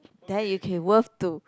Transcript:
there you can worth to